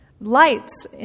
lights